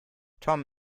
tom